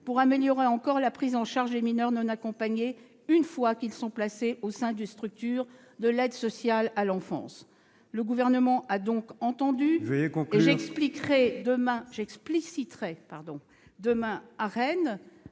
d'améliorer encore la prise en charge des mineurs non accompagnés, une fois qu'ils sont placés au sein de structures de l'aide sociale à l'enfance. Le Gouvernement a donc entendu ... Veuillez conclure,